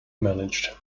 managed